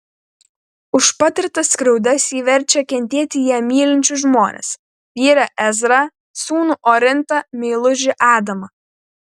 už patirtas skriaudas ji verčia kentėti ją mylinčius žmones vyrą ezrą sūnų orintą meilužį adamą